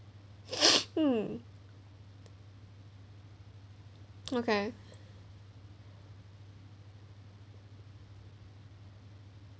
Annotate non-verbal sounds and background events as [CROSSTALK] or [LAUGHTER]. [NOISE] um okay